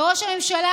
ראש הממשלה,